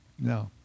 No